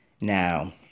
Now